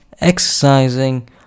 exercising